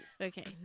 okay